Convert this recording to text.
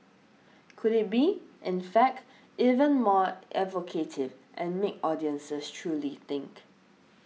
could it be in fact even more evocative and make audiences truly think